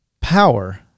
power